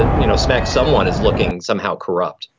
ah you know, smack. someone is looking somehow corrupt.